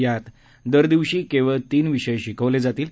यामधे दरदिवशी केवळ तीन विषय शिकवले जातील